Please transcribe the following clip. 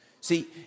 See